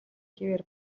хэвээр